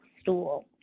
stool